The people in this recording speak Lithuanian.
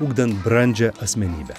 ugdant brandžią asmenybę